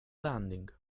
landing